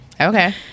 Okay